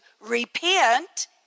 repent